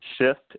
shift